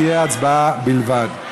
תהיה הצבעה בלבד.